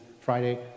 Friday